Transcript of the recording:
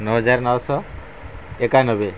ନଅ ହଜାର ନଅଶହ ଏକାନବେ